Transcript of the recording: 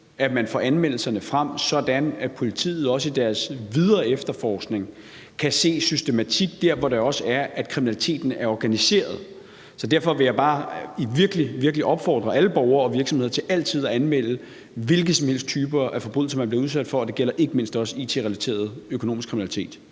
at man får anmeldelserne frem, sådan at politiet også i deres videre efterforskning kan se en systematik der, hvor det også er, at kriminaliteten er organiseret. Så derfor vil jeg bare virkelig, virkelig opfordre alle borgere og virksomheder til altid at anmelde, hvilken som helst type forbrydelse man bliver udsat for, og det gælder ikke mindst også it-relateret økonomisk kriminalitet.